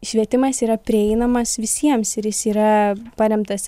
švietimas yra prieinamas visiems ir jis yra paremtas